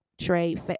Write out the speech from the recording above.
trade